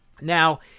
Now